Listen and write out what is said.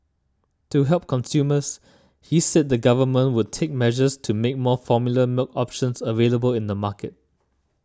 to help consumers he said the government would take measures to make more formula milk options available in the market